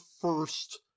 first